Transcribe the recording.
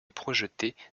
projetée